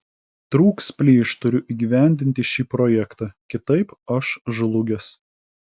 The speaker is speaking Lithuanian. trūks plyš turiu įgyvendinti šį projektą kitaip aš žlugęs